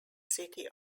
city